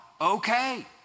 okay